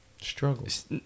Struggles